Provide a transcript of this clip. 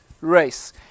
race